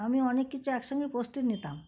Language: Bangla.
আমি অনেক কিছুর একসঙ্গে প্রস্তুতি নিতাম